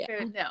No